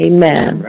Amen